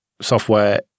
software